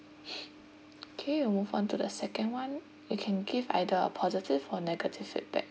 okay we move on to the second one you can give either a positive or negative feedback